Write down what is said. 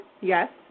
yes